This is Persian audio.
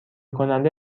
کننده